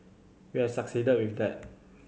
we have succeeded with that